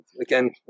again